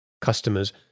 customers